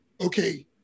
okay